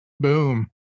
Boom